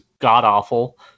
god-awful